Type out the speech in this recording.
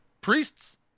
priests